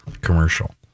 commercial